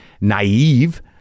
naive